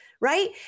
right